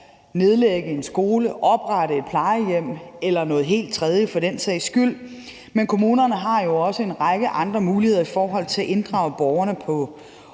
nedlægge en skole, oprette et plejehjem eller noget helt tredje, for den sags skyld. Men kommunerne har jo også en række andre muligheder i forhold til at inddrage borgerne på